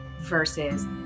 versus